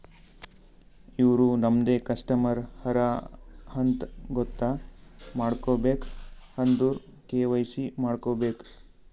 ಇವ್ರು ನಮ್ದೆ ಕಸ್ಟಮರ್ ಹರಾ ಅಂತ್ ಗೊತ್ತ ಮಾಡ್ಕೋಬೇಕ್ ಅಂದುರ್ ಕೆ.ವೈ.ಸಿ ಮಾಡ್ಕೋಬೇಕ್